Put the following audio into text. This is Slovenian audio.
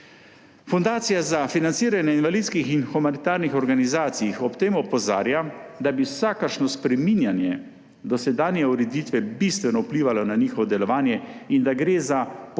Fundacija za financiranje invalidskih in humanitarnih organizacij ob tem opozarja, da bi vsakršno spreminjanje dosedanje ureditve bistveno vplivalo na njihovo delovanje in da gre za popolno